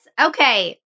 Okay